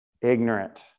ignorant